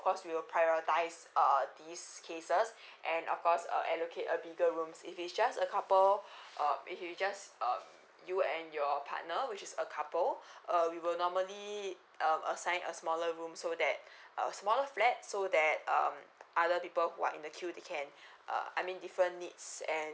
course we will prioritise uh these cases and of course uh allocate a bigger rooms if it's just a couple um if it's just um you and your partner which is a couple uh we will normally um assign a smaller room so that uh smaller flat so that um other people who are in the queue they can uh I mean different needs and